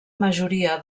majoria